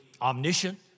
omniscient